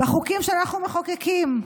בחוקים שאנחנו מחוקקים.